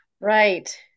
Right